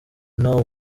know